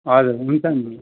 हजुर हुन्छ नि